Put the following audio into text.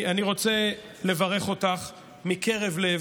אני רוצה לברך אותך מקרב לב,